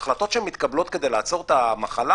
ההחלטות שמתקבלות כדי לעצור את המחלה